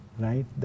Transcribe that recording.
right